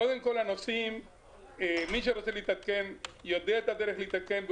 קודם כול, מי שרוצה להתעדכן יודע את הדרך להתעדכן.